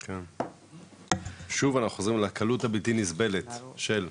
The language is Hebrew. כן, שוב, אנחנו חוזרים לקלות הבלתי נסבלת של,